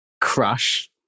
Crush